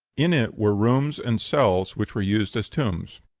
in it were rooms and cells which were used as tombs.